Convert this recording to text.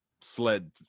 sled